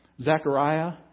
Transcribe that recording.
Zechariah